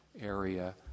area